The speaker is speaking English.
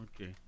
Okay